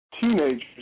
teenagers